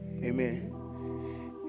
Amen